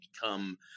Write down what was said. become